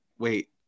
wait